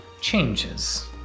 changes